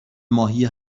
ماهی